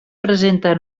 presenta